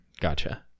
Gotcha